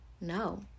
no